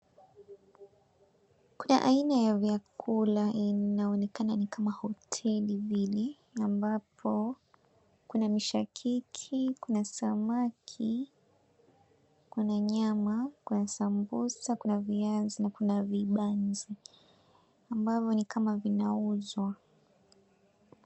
Kuna aina ya vyakula, inaonekana ni kama hoteli vile, ambapo kuna mishakiki, kuna samaki, kuna nyama, kuna sambusa, kuna viazi na kuna vibanzi, ambavyo ni kama vinauzwa.